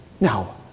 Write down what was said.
Now